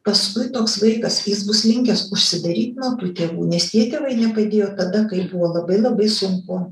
paskui toks vaikas jis bus linkęs užsidaryt nuo tų tėvų nes tie tėvai nepadėjo tada kai buvo labai labai sunku